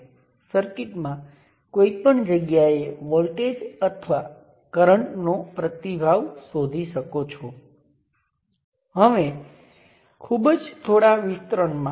હવે ચાલો આપણે આ લિનિયર બે પોર્ટ માંથી એક લઈએ અને ચાલો કહીએ કે આપણે એક બાજુએ વોલ્ટેજ V1 લાગુ કરીએ છીએ હમણાં માટે હું બીજી બાજુ કંઈ કરતો નથી